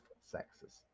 sexes